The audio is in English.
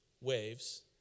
waves